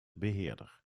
beheerder